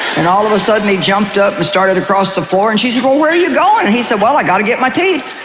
and all of a sudden he jumped up and started across the floor, and she said, well, where are you going, and he said, well, i got to get my teeth.